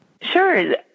Sure